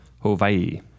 Hawaii